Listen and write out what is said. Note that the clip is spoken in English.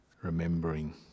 remembering